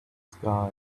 sky